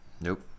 Nope